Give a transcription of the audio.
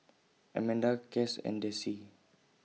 Amanda Cas and Desi